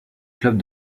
club